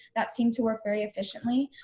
that seemed to work very efficiently.